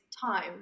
time